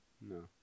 No